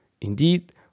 Indeed